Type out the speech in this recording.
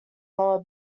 lower